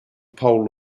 pole